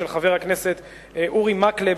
של חבר הכנסת אורי מקלב,